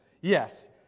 Yes